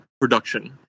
production